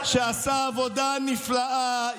שעשה עבודה נפלאה,